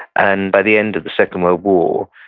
and by the end of the second world war,